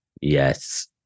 yes